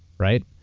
right?